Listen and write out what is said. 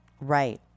Right